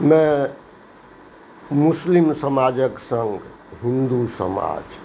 मे मुस्लिम समाजक सङ्ग हिन्दू समाज